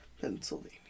Pennsylvania